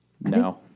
No